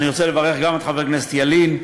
אני רוצה לברך גם את חבר הכנסת ילין,